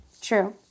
True